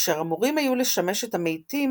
אשר אמורים היו לשמש את המתים